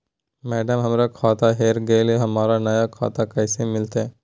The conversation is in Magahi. मैडम, हमर खाता हेरा गेलई, हमरा नया खाता कैसे मिलते